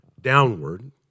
downward